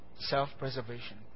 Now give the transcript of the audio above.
self-preservation